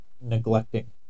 neglecting